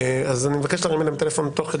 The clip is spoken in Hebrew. אני מבקש להרים אליהם טלפון תוך כדי שאנחנו מדברים.